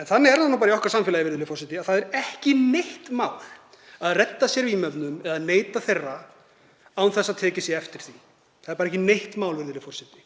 En þannig er það nú bara í okkar samfélagi, virðulegur forseti, að það er ekkert mál að redda sér vímuefnum eða neyta þeirra án þess að tekið sé eftir því. Það er bara ekkert mál, virðulegur forseti.